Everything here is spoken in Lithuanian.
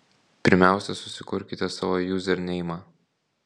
pirmiausia susikurkite savo juzerneimą